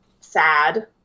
sad